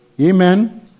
Amen